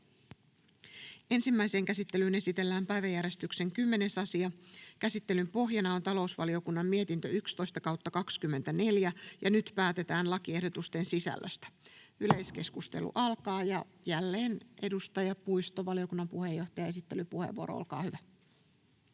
Ensimmäiseen käsittelyyn esitellään päiväjärjestyksen 10. asia. Käsittelyn pohjana on talousvaliokunnan mietintö TaVM 11/2024 vp. Nyt päätetään lakiehdotusten sisällöstä. — Yleiskeskustelu alkaa. Jälleen edustaja Puisto, valiokunnan puheenjohtaja, esittelypuheenvuoro, olkaa hyvä.